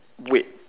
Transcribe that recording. wait